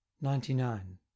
Ninety-nine